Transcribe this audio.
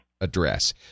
address